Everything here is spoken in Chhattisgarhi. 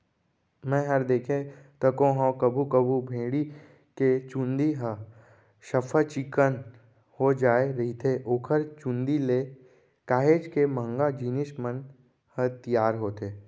मैंहर देखें तको हंव कभू कभू भेड़ी के चंूदी ह सफ्फा चिक्कन हो जाय रहिथे ओखर चुंदी ले काहेच के महंगा जिनिस मन ह तियार होथे